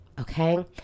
Okay